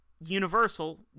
Universal